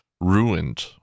Ruined